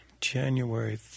January